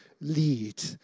lead